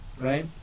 Right